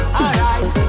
alright